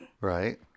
Right